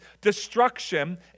destruction